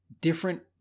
different